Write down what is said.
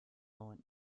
und